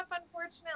unfortunately